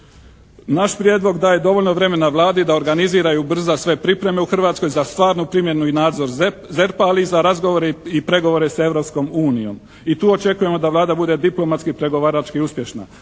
Naš prijedlog daje dovoljno vremena Vladi da organizira i ubrza sve pripreme u Hrvatskoj za stvarnu primjenu i nadzor ZERP-a ali i za razgovore i pregovore sa Europskom unijom i tu očekujemo da Vlada bude diplomatski i pregovarački uspješna.